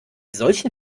solchen